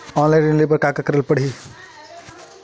Online ऋण करे बर का करे ल पड़हि?